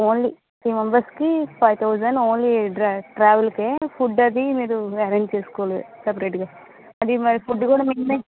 only three members కి five thousand only travel కే food అది మీరు అరేంజ్ చేసుకోవాలి సెపరేట్ గా అది మరి ఫుడ్ కూడా మేమే